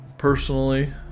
Personally